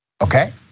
okay